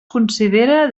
considera